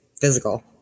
physical